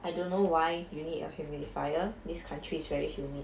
I don't know why you need a humidifier this country is very humid